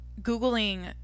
googling